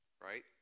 right